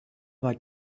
vingt